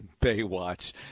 Baywatch